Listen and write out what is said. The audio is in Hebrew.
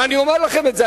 ואני אומר לכם את זה,